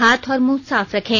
हाथ और मुंह साफ रखें